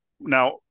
Now